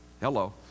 Hello